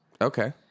Okay